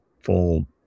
full